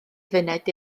fyned